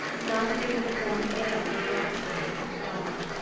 none knew that a horn of ale was brought to him at dawn.